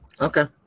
Okay